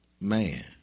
man